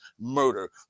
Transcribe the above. murder